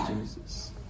Jesus